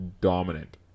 dominant